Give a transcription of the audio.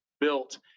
built